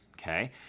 Okay